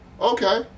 Okay